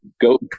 go